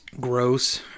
gross